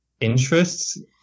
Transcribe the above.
interests